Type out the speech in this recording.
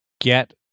Get